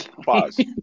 Pause